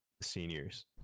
seniors